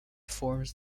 forms